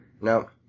no